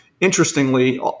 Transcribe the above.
Interestingly